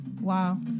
Wow